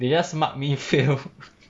they just mark me fail